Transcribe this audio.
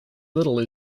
little